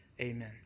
Amen